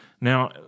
Now